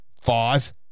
five